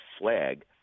flag